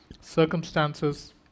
circumstances